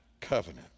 covenant